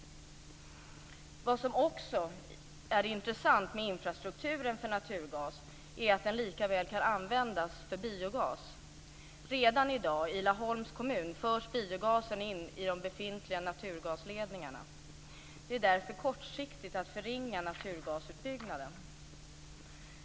Vad som också är intressant med infrastrukturen för naturgas är att den lika väl kan användas för biogas. Redan i dag förs i Laholms kommun biogasen in i de befintliga naturgasledningarna. Det är därför kortsiktigt att förringa naturgasutbyggnaden.